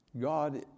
God